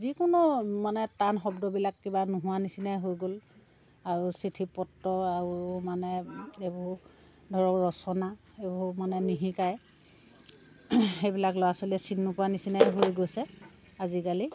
যিকোনো মানে টান শব্দবিলাক কিবা নোহোৱা নিচিনাই হৈ গ'ল আও চিঠি পত্ৰ আও মানে এবোৰ ধৰক ৰচনা এইবোৰ মানে নিশিকায় এইবিলাক ল'ৰা ছোৱালীয়ে চিনি নোপোৱা নিচিনাই হৈ গৈছে আজিকালি